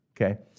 Okay